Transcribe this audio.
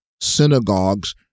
synagogues